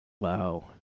Wow